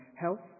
health